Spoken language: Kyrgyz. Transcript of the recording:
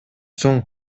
соң